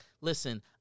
listen